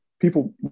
people